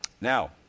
Now